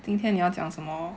今天你要讲什么